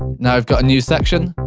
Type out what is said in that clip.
now we've got a new section,